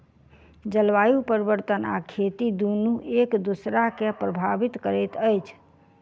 जलवायु परिवर्तन आ खेती दुनू एक दोसरा के प्रभावित करैत अछि